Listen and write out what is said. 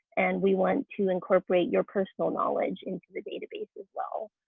and we want to incorporate your personal knowledge into the database as well.